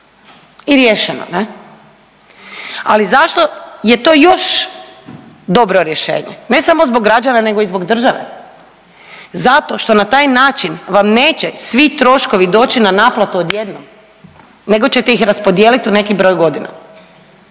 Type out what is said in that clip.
i riješeno, ne. Ali zašto je to još dobro rješenje, ne samo zbog građana nego i zbog države? Zato što na taj način vam neće svi troškovi doći na naplatu odjednom nego ćete ih raspodijeliti u neki broj godina